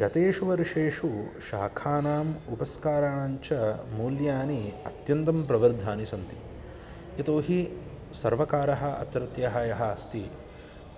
गतेषु वर्षेषु शाखानाम् उपस्काराणाञ्च मूल्यानि अत्यन्तं प्रवर्धानि सन्ति यतोहि सर्वकारः अत्रत्यः यः अस्ति